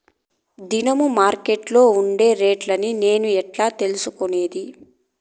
దినము మార్కెట్లో ఉండే రేట్లని నేను ఎట్లా తెలుసుకునేది?